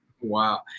Wow